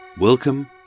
Welcome